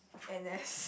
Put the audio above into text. N_S